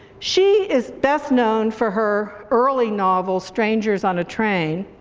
she is best known for her early novel, strangers on a train,